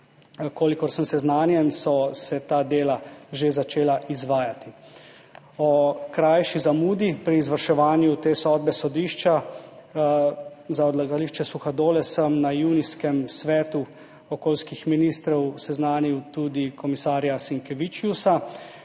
Kolikor sem seznanjen, so se ta dela že začela izvajati. O krajši zamudi pri izvrševanju te sodbe sodišča za odlagališče Suhadole sem na junijskem svetu okoljskih ministrov seznanil tudi komisarja Sinkevičiusa.